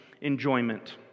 enjoyment